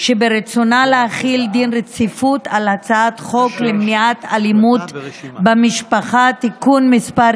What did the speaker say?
שברצונה להחיל דין רציפות על הצעת חוק למניעת אלימות במשפחה (תיקון מס'